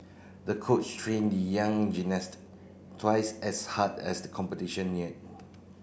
the coach trained the young gymnast twice as hard as the competition neared